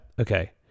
okay